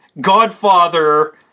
Godfather